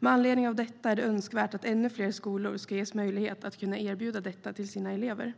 Med anledning av detta är det önskvärt att ännu fler skolor ska ges möjlighet att erbjuda detta till sina elever.